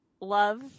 love